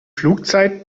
flugzeit